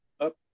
up